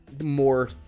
more